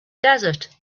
desert